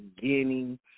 beginning